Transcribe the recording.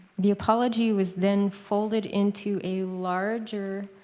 the apology was then folded into a larger,